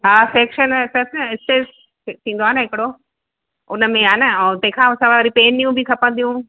हा सेक्शन अथस न स्टे थींदो आहे न हिकिड़ो उनमें आहे न ऐं तंहिंखां सवाइ वरी पेनियूं बि खपंदियूं